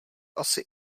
asi